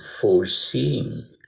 foreseeing